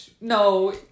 no